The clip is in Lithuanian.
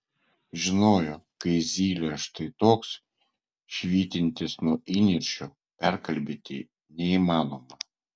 žinojo kai zylė štai toks švytintis nuo įniršio perkalbėti neįmanoma